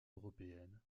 européenne